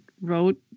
wrote